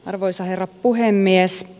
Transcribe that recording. arvoisa herra puhemies